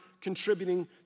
contributing